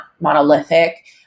monolithic